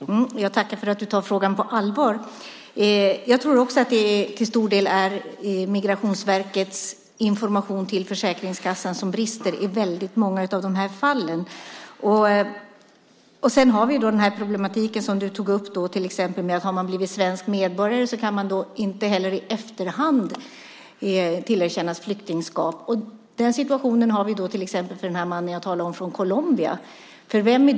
Herr talman! Jag tackar för att statsrådet tar frågan på allvar. Jag tror också att det till stor del är Migrationsverkets information till Försäkringskassan som brister i väldigt många av de här fallen. Sedan har vi den problematik som du tog upp: Har man blivit svensk medborgare så kan man inte heller i efterhand tillerkännas flyktingskap. Den situationen har vi för den man jag talade om som kommer från Colombia.